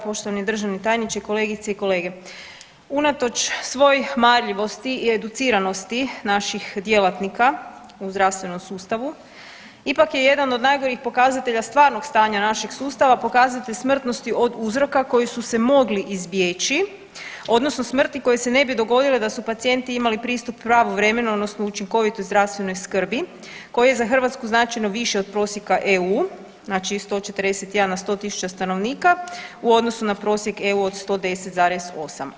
Poštovani državni tajniče, kolegice i kolege, unatoč svoj marljivosti i educiranosti naših djelatnika u zdravstvenom sustavu ipak je jedan od najgorih pokazatelja stvarnog stanja našeg sustava pokazatelj smrtnosti od uzroka koji su se mogli izbjeći odnosno smrti koje se ne bi dogodile da su pacijenti imali pristup pravovremeno odnosno učinkovitoj zdravstvenoj skrbi koji je za Hrvatsku značajno više od prosjeka EU, znači 141 na 100.000 stanovnika u odnosu na prosjek EU od 110,8.